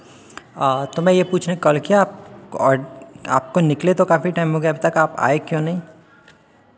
तो मैं ये पूछने कॉल किया आप और आपको निकले तो काफी टाइम हो गया अभी तक आप आए क्यों नहीं